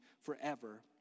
forever